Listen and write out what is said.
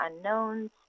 unknowns